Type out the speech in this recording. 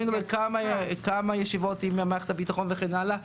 היינו בכמה ישיבות עם מערכת הביטחון וכן הלאה,